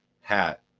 hat